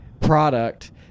product